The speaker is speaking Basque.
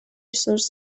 sous